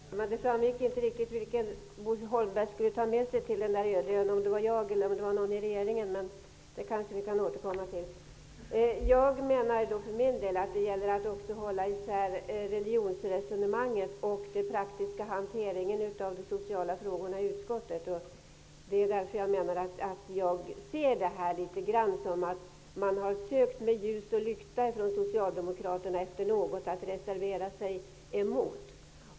Herr talman! Det framgick inte riktigt vem Bo Holmberg skulle ta med sig till den öde ön, om det var jag eller någon i regeringen. Men det kanske vi kan återkomma till. Jag menar för min del att det gäller att hålla isär religionsresonemanget och den praktiska hanteringen av de sociala frågorna i utskottet. Det är därför jag ser detta litet grand som att socialdemokraterna har sökt med ljus och lykta efter något att reservera sig emot.